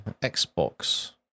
Xbox